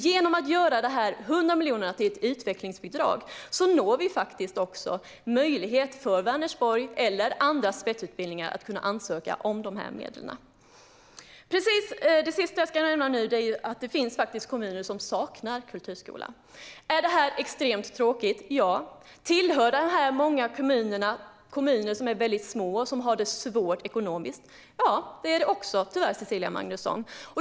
Genom att göra de 100 miljonerna till ett utvecklingsbidrag ger vi också Vänersborg eller andra spetsutbildningar möjlighet att ansöka om dessa medel. Det sista jag ska nämna är att det faktiskt finns kommuner som saknar kulturskola. Är detta extremt tråkigt? Ja. Tillhör dessa kommuner de kommuner som är väldigt små och har det svårt ekonomiskt? Ja, tyvärr, Cecilia Magnusson.